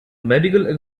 medical